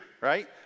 Right